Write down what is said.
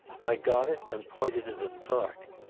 i got it and pointed it at clark.